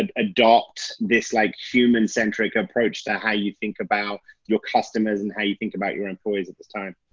and adopt this like human-centric approach to how you think about your customers and how you think about your employees at this time.